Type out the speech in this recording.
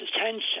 attention